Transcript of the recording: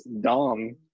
Dom